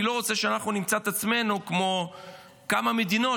אני לא רוצה שאנחנו נמצא את עצמנו כמו כמה מדינות